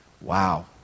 Wow